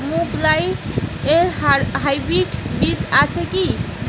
মুগকলাই এর হাইব্রিড বীজ আছে কি?